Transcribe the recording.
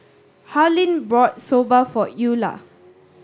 Harlen bought Soba for Eula